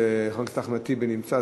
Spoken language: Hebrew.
שחבר הכנסת אחמד טיבי נמצא,